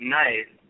nice